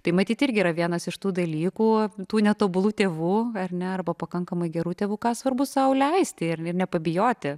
tai matyt irgi yra vienas iš tų dalykų tų netobulų tėvų ar ne arba pakankamai gerų tėvų ką svarbu sau leisti ir nepabijoti